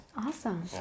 Awesome